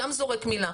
שם זורק מילה,